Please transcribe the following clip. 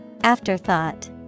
afterthought